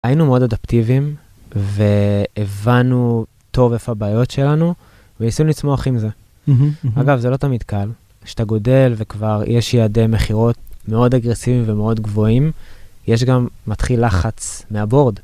היינו מאוד אדפטיביים, והבנו טוב איפה הבעיות שלנו, וניסינו לצמוח עם זה. אגב, זה לא תמיד קל. כשאתה גודל וכבר יש יעדי מכירות מאוד אגרסיביים ומאוד גבוהים, יש גם מתחיל לחץ מהבורד.